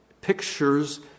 pictures